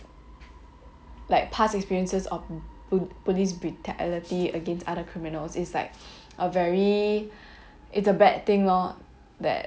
like past experiences of po~ police brutality against other criminals is like a very it's a bad thing lor